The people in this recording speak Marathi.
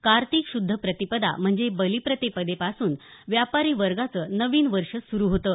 कार्तिक शुद्ध प्रतिपदा म्हणजेच बलिप्रतिपदेपासून व्यापारी वर्गाचं नवीन वर्ष सुरु होतं